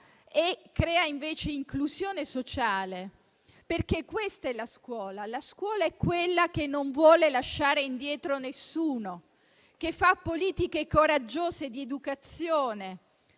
e per creare inclusione sociale. Questa è la scuola. La scuola è quella che non vuole lasciare indietro nessuno, che fa politiche coraggiose di educazione